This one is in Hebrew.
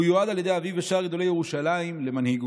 הוא יועד על ידי אביו ושאר גדולי ירושלים למנהיגות.